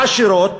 העשירות,